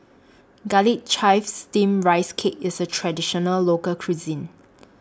Garlic Chives Steamed Rice Cake IS A Traditional Local Cuisine